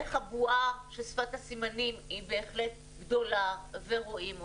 איך הבועה של שפת הסימנים היא בהחלט גדולה ורואים אותה,